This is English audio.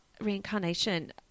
reincarnation